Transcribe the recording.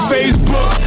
Facebook